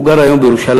הוא גר היום בירושלים,